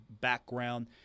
background